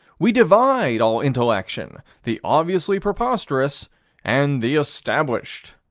we divide all intellection the obviously preposterousness and the established.